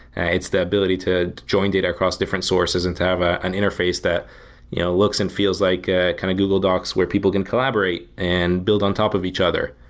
ah it's the ability to join data across different sources and to have ah an interface that you know looks and feels like ah kind of google docs where people can collaborate and build on top of each other,